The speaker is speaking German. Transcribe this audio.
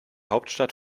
hauptstadt